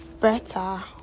better